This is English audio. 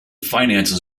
finances